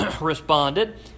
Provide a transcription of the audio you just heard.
responded